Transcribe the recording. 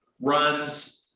runs